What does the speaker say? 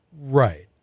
right